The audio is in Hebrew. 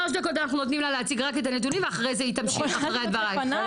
כל מיני תרכובות ובודקת רק דבר אחד --- לא,